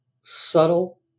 subtle